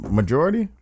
majority